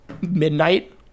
midnight